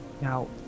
Now